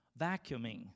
vacuuming